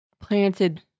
planted